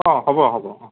অ হ'ব হ'ব অ